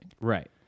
Right